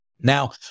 Now